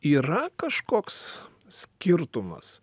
yra kažkoks skirtumas